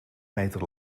meter